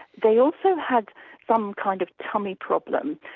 they also had some kind of tummy problem,